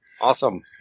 Awesome